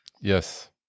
yes